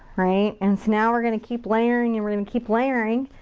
right. and so now we're gonna keep layering and we're gonna keep layering.